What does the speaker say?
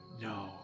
No